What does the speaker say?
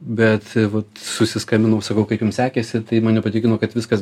bet susiskambinau sakau kaip jums sekėsi tai mane patikino kad viskas